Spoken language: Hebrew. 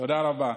תודה רבה.